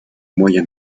moyen